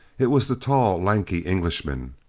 it was the tall, lanky englishman.